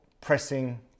pressing